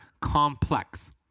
Complex